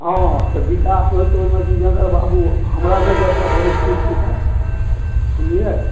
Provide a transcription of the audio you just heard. हँ तऽ विकास होइ तऽ ओहिमे विजयेंदर बाबू हमरा नज़रमे बहुत ठीक थिकाह बुझलियै